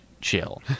chill